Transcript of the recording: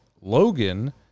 Logan